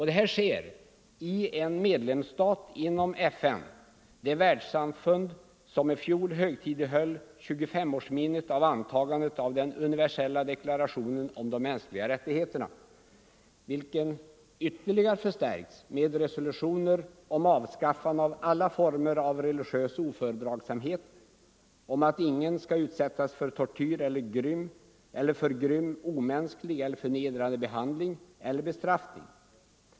Detta sker i en medlemsstat inom FN, det världssamfund som i fjol högtidlighöll 25-årsminnet av antagandet av den universella deklaratio nen om de mänskliga rättigheterna, vilken ytterligare har förstärkts med Nr 127 resolutioner om avskaffande av alla former av religiös ofördragsamhet, Fredagen den om att ingen skall utsättas för tortyr eller för grym, omänsklig eller för 22 november 1974 nedrande behandling eller bestraffning.